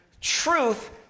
Truth